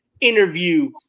interview